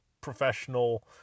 professional